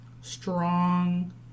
strong